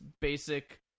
basic